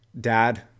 Dad